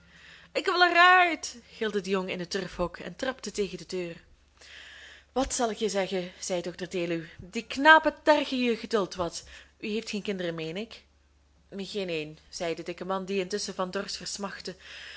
ik wil er uit gilde de jongen in het turfhok en trapte tegen de deur wat zal ik je zeggen zei dr deluw die knapen tergen je geduld wat u heeft geen kinderen meen ik geen een zei de dikke man die intusschen van